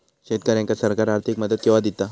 शेतकऱ्यांका सरकार आर्थिक मदत केवा दिता?